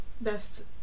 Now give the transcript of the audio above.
Best